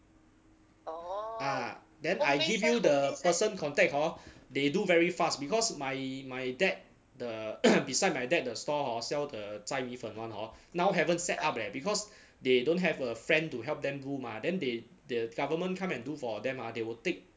ah then I give you the person contact hor they do very fast because my my dad the beside my dad the stall hor sell the 斋米粉 [one] hor now haven't set up leh because they don't have a friend to help them do mah then they the government come and do for them ah they will take